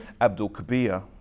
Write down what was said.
Abdul-Kabir